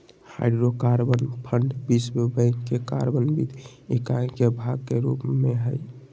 hydrocarbon fund विश्व bank के carbon वित्त इकाई के भाग के रूप में हइ